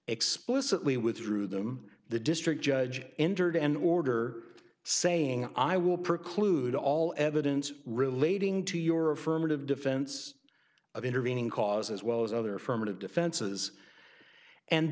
explicitly with through them the district judge entered an order saying i will preclude all evidence relating to your affirmative defense of intervening cause as well as other forms of defenses and